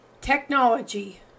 Technology